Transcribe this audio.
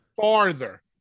farther